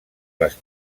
les